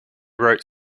wrote